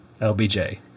LBJ